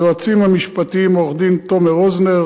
היועצים המשפטיים עורך-דין תומר רוזנר